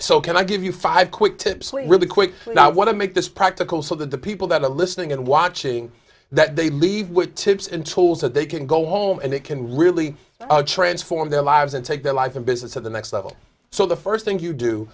so can i give you five quick tips really quick and i want to make this practical so that the people that are listening and watching that they leave with tips and tools that they can go home and it can really transform their lives and take their life and business to the next level so the first thing you do